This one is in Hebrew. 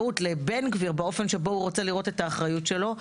לבן גביר באופן שבו הוא רוצה לראות את האחריות שלו,